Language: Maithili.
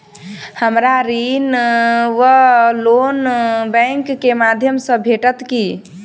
हमरा ऋण वा लोन बैंक केँ माध्यम सँ भेटत की?